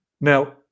Now